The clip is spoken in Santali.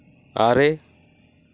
ᱟᱨᱮ